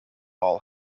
all